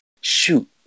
shoot